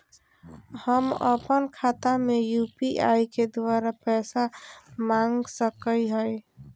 हम अपन खाता में यू.पी.आई के द्वारा पैसा मांग सकई हई?